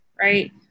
right